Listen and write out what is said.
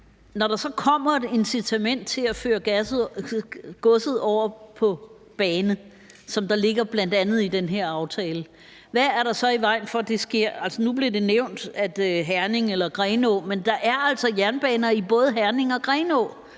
når der så kommer et incitament til at føre godset over på bane, som der bl.a. ligger i den her aftale, hvad er der så i vejen for, at det sker? Nu blev Herning og Grenaa nævnt, men der er altså jernbaner i både Herning og Grenaa,